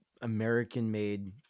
american-made